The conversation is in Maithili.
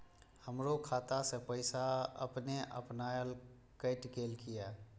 हमरो खाता से पैसा अपने अपनायल केट गेल किया?